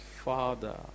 father